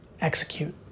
Execute